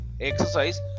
exercise